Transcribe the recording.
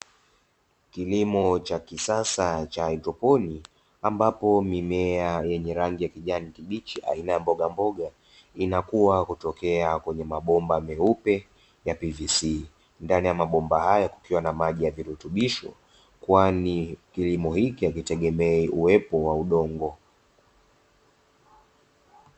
Kilimo cha kisasa cha haidroponi, ambapo mimea yenye rangi ya kijani kibichi aina ya mbogamboga inakua kutokea kwenye mabomba meupe ya PVC. Ndani ya mabomba haya kukiwa na maji ya virutubishi, kwani kilimo hiki hakitegemei uwepo wa udongo.